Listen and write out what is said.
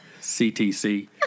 CTC